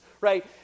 Right